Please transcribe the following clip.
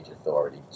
authority